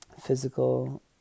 physical